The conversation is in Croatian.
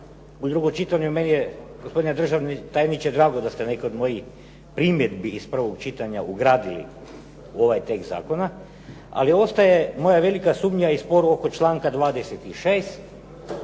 u drugom čitanju, meni je gospodine državni tajniče drago da ste neke od mojih primjedbi iz prvog čitanja ugradili u ovaj tekst zakona, ali ostaje moja velika sumnja i spor oko članka 26.,